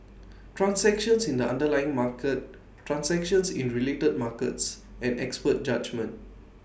transactions in the underlying market transactions in related markets and expert judgement